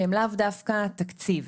שהם לאו דווקא תקציב.